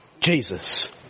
Jesus